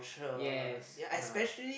yes ah